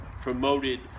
promoted